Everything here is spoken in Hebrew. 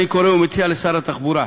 אני קורא ומציע לשר התחבורה,